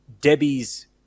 Debbie's